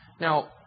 Now